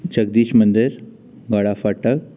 जगदीश मंदिर गड़ा फाटक